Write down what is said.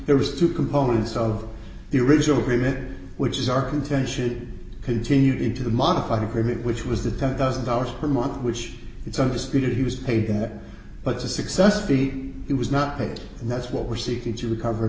there was two components of the original agreement which is our contention continued into the modified agreement which was the ten thousand dollars per month which it's understood he was paid but to successfully it was not paid and that's what we're seeking to recover in